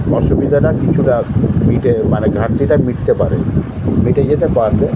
অসুবিধাটা কিছুটা মিটে মানে ঘাটতিটা মিটতে পারে মিটে যেতে পারবে